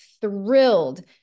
thrilled